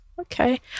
Okay